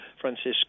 Francisco